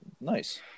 Nice